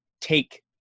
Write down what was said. take